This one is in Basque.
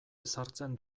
ezartzen